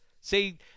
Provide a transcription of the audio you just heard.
See